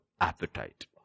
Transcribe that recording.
appetite